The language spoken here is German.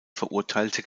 verurteilte